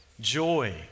joy